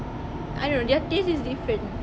I don't know they're taste is different